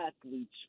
athletes